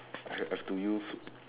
I've I've to use